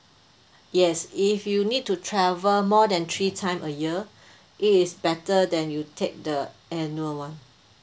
yes if you need to travel more than three time a year it is better then you take the annual one